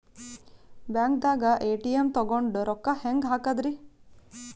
ಬ್ಯಾಂಕ್ದಾಗ ಎ.ಟಿ.ಎಂ ತಗೊಂಡ್ ರೊಕ್ಕ ಹೆಂಗ್ ಹಾಕದ್ರಿ?